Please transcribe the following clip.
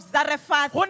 Zarephath